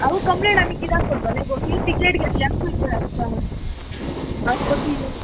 आवय कंप्लेन आनी कित्याक करतलें गो तुजी टिकेट घेतल्या मुगो हिबय आत्ता वास्कोची